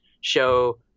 show